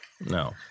no